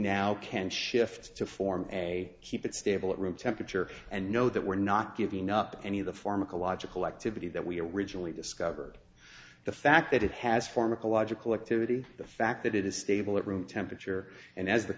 now can shift to form a keep it stable at room temperature and know that we're not giving up any of the pharmacological activity that we originally discovered the fact that it has form of a logical activity the fact that it is stable at room temperature and as the